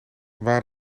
waren